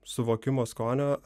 suvokimo skonio